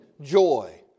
joy